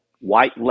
white